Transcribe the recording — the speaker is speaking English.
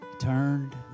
Turned